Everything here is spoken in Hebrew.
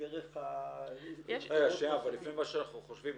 דרך --- אבל לפי מה שאנחנו חושבים,